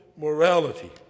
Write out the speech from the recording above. morality